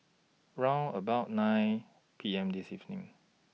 round about nine P M This evening